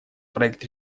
проект